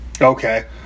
Okay